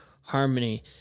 harmony